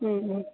हम्म